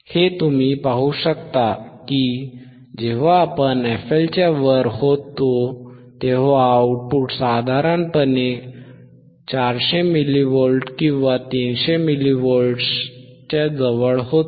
हे तुम्ही पाहू शकता की जेव्हा आपण fL च्या वर होतो तेव्हा आउटपुट साधारणपणे ४०० मिली व्होल्ट किंवा ३०० मिली व्होल्ट्सच्या जवळ होते